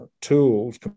tools